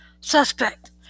Suspect